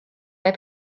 mae